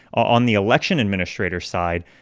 on the election administrator side,